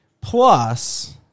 plus